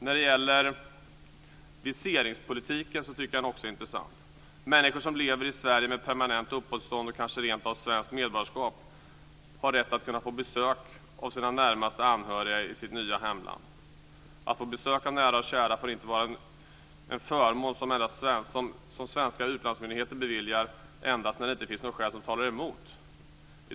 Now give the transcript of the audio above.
Jag tycker att viseringspolitiken också är intressant. Människor som lever i Sverige med permanent uppehållstillstånd eller kanske rentav svenskt medborgarskap har rätt att kunna få besök av sina närmaste anhöriga i sitt nya hemland. Att få besök av nära och kära får inte vara en förmån som svenska utlandsmyndigheter beviljar endast när det inte finns några skäl som talar emot.